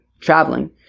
traveling